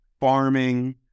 farming